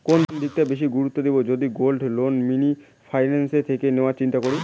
কোন দিকটা বেশি করে গুরুত্ব দেব যদি গোল্ড লোন মিনি ফাইন্যান্স থেকে নেওয়ার চিন্তা করি?